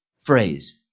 phrase